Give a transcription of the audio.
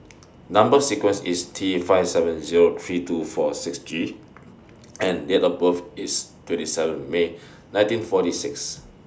Number sequence IS T five seven Zero three two four six G and Date of birth IS twenty seven May nineteen forty six